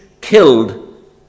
killed